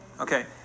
Okay